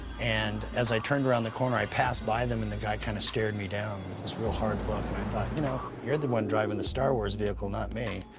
and, as i turned around the corner, i passed by them, and the guy kind of stared me down with this real hard look. and i thought, you know, you're the one driving the star wars vehicle, not me.